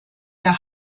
der